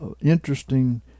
interesting